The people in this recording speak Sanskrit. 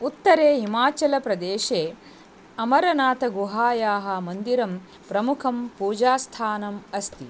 उत्तरे हिमाचलप्रदेशे अमरनाथगुहायाः मन्दिरं प्रमुखं पूजास्थानम् अस्ति